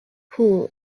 paul